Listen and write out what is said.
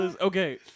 Okay